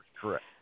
correct